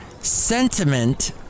sentiment